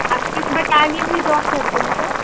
आप किस बटालियन में जॉब करते हैं सर